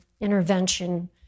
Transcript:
intervention